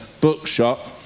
bookshop